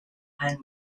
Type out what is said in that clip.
hang